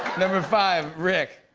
number five rick.